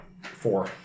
Four